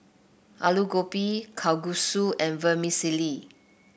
Alu Gobi Kalguksu and Vermicelli